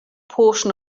portion